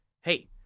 hey